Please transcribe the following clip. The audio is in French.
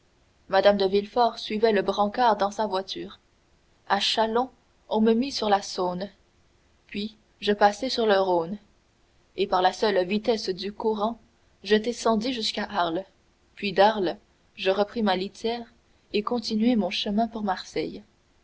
mme de villefort suivait le brancard dans sa voiture à châlons on me mit sur la saône puis je passai sur le rhône et par la seule vitesse du courant je descendis jusqu'à arles puis d'arles je repris ma litière et continuai mon chemin pour marseille